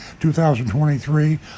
2023